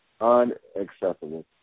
Unacceptable